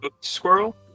Squirrel